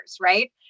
right